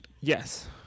Yes